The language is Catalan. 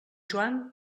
joan